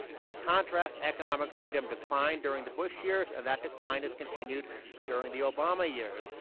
by contrast, economic freedom declined during the bush years, and that decline has continued during the obama years.